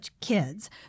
kids